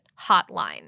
hotline